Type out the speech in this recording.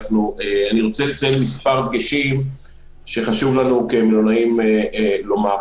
אני רוצה לציין מספר דגשים שחשוב לנו כמלונאים לומר.